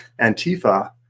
Antifa